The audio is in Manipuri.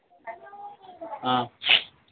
ꯑꯥ